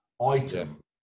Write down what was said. item